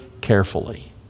carefully